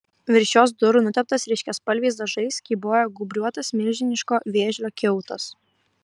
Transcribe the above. virš jos durų nuteptas ryškiaspalviais dažais kybojo gūbriuotas milžiniško vėžlio kiautas